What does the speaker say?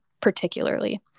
particularly